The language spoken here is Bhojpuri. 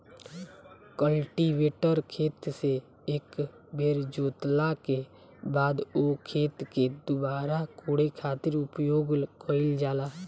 कल्टीवेटर खेत से एक बेर जोतला के बाद ओ खेत के दुबारा कोड़े खातिर उपयोग कईल जाला